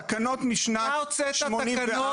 התקנות משנת 84'. שי, שי.